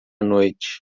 noite